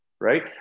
Right